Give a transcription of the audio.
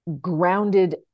grounded